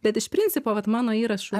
bet iš principo vat mano įrašų